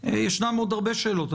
אבל ישנן עוד הרבה שאלות.